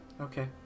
Okay